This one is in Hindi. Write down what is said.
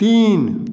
तीन